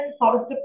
forest